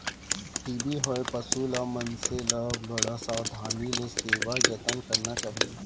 TB होए पसु ल, मनसे ल बड़ सावधानी ले सेवा जतन करना चाही